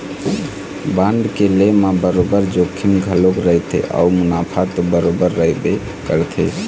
bond के लेय म बरोबर जोखिम घलोक रहिथे अउ मुनाफा तो बरोबर रहिबे करथे